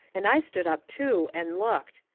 and i stood up too, and looked.